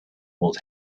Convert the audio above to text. would